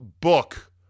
book